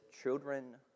children